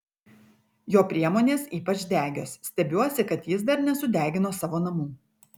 jo priemonės ypač degios stebiuosi kad jis dar nesudegino savo namų